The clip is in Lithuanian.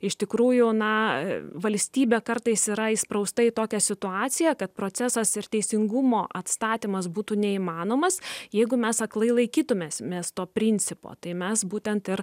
iš tikrųjų na valstybė kartais yra įsprausta į tokią situaciją kad procesas ir teisingumo atstatymas būtų neįmanomas jeigu mes aklai laikytumėsmės mes to principo tai mes būtent ir